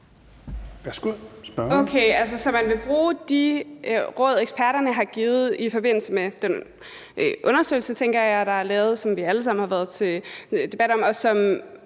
Værsgo.